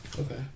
Okay